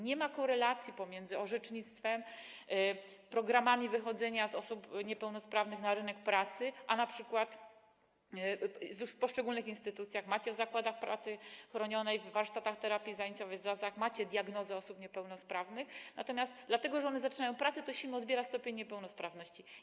Nie ma korelacji pomiędzy orzecznictwem a programami wchodzenia osób niepełnosprawnych na rynek pracy, a np. już w poszczególnych instytucjach, w zakładach pracy chronionej, warsztatach terapii zajęciowej, ZAZ-ach macie diagnozę osób niepełnosprawnych, natomiast dlatego że one zaczynają pracę, odbiera im się stopień niepełnosprawności.